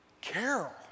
Carol